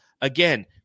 again